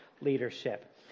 leadership